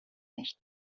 nicht